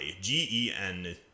G-E-N